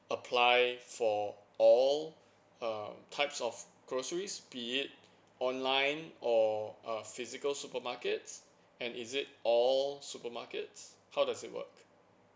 apply for all err types of groceries be it online or uh physical supermarkets and is it all supermarkets how does it work